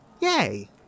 yay